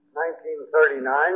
1939